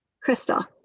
Crystal